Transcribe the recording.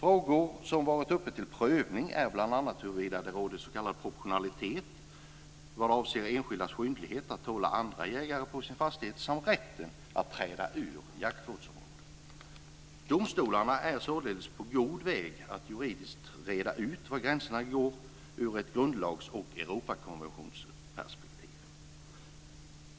Frågor som varit uppe till prövning gäller bl.a. huruvida det råder s.k. proportionalitet vad avser enskildas skyldighet att tåla andra jägare på sin fastighet samt rätten att träda ur jaktvårdsområdet. Domstolarna är således på god väg att juridiskt reda ut var gränserna går i ett grundlags och Europakonventionsperspektiv.